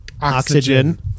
Oxygen